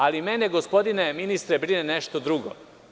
Ali, mene, gospodine ministre, brine nešto drugo.